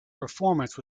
performance